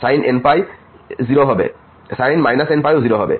sin nπ 0 হবে sin nπ ও 0 হবে